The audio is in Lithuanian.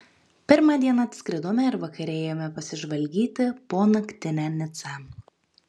pirmą dieną atskridome ir vakare ėjome pasižvalgyti po naktinę nicą